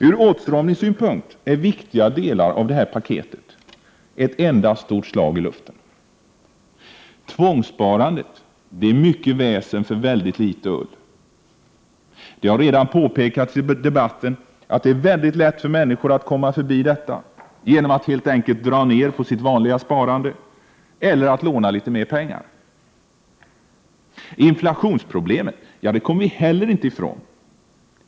Ur åtstramningssynpunkt är viktiga delar av det här paketet bara ett enda stort slag i luften. Tvångssparandet är mycket väsen för väldigt litet ull. Det har redan påpekats i debatten att det är väldigt lätt för människor att komma förbi detta genom att helt enkelt dra ner på sitt vanliga sparande eller låna litet mer pengar. Inflationsproblemet kommer vi inte heller ifrån.